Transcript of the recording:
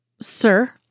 Sir